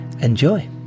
Enjoy